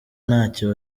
ntacyo